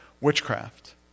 witchcraft